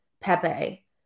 Pepe